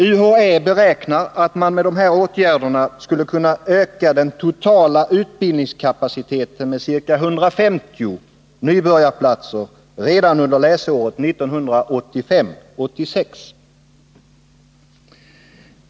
UHA beräknar att man med sådana åtgärder skulle kunna öka Nr 147 den totala utbildningskapaciteten med ca 150 nybörjarplatser redan under läsåret 1985/86.